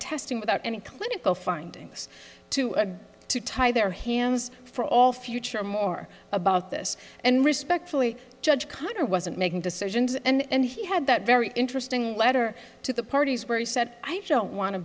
testing without any clinical findings to to tie their hands for all future more about this and respectfully judge connor wasn't making decisions and he had that very interesting letter to the parties where he said i don't want to